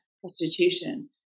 prostitution